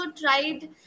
tried